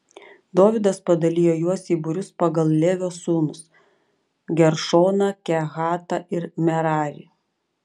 dovydas padalijo juos į būrius pagal levio sūnus geršoną kehatą ir merarį